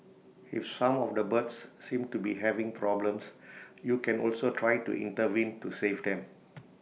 if some of the birds seem to be having problems you can also try to intervene to save them